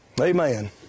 Amen